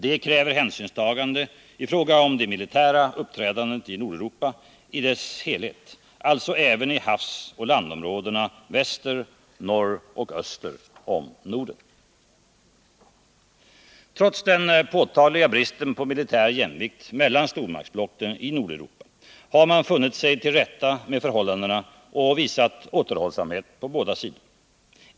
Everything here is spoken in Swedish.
Det kräver hänsynstagande i fråga om det militära uppträdandet i Nordeuropa i dess helhet, alltså även i havsoch landområdena väster, norr och öster om Norden. Trots den påtagliga bristen på militär jämvikt mellan stormaktsblocken i Nordeuropa har man funnit sig till rätta med förhållandena och visat återhållsamhet på båda sidor.